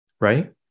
right